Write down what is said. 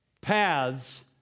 paths